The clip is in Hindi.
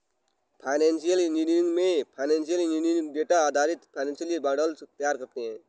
फाइनेंशियल इंजीनियरिंग में फाइनेंशियल इंजीनियर डेटा आधारित फाइनेंशियल मॉडल्स तैयार करते है